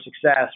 success